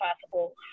possible